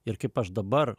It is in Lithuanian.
ir kaip aš dabar